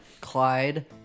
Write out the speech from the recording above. Clyde